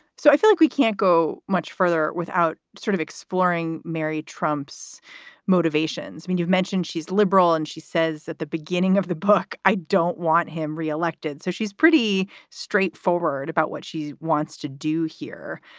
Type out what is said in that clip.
so i feel like we can't go much further without sort of exploring mary trump's motivations. i mean, mentioned she's liberal and she says that the beginning of the book, i don't want him re-elected. so she's pretty straightforward about what she wants to do here.